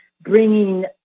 bringing